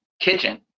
kitchen